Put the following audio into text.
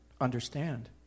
understand